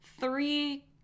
three